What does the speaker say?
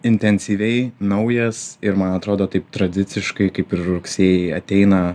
intensyviai naujas ir man atrodo taip tradiciškai kaip ir rugsėjį ateina